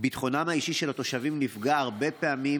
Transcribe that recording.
ביטחונם האישי של התושבים נפגע הרבה פעמים